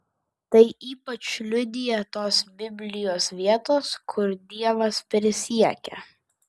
tai ypač liudija tos biblijos vietos kur dievas prisiekia